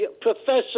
Professor